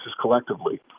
collectively